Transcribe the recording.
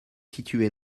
situé